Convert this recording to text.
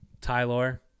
Tyler